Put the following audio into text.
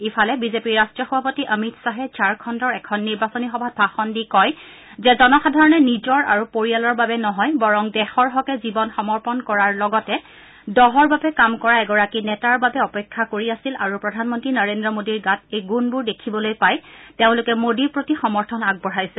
ইফালে বিজেপিৰ ৰাষ্ট্ৰীয় সভাপিত অমিত খাহে ঝাৰখণ্ডৰ এখন নিৰ্বাচনী সভাত ভাষণ দি কয় যে জনসাধাৰণে নিজৰ আৰু পৰিয়ালৰ বাবে নহয় বৰঙ দেশৰ হকে জীৱন সমৰ্পণ কৰাৰ লগতে দহৰ বাবে কাম কৰা এগৰাকী নেতাৰ বাবে অপেক্ষা কৰি আছিল আৰু প্ৰধানমন্ত্ৰী নৰেন্দ্ৰ মোডীৰ গাত এই গুণবোৰ দেখিবলৈ পাই তেওঁলোকে মোডীৰ প্ৰতি সমৰ্থন আগবঢ়াইছে